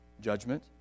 judgment